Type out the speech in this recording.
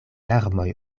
larmoj